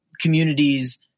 communities